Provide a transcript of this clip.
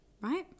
Right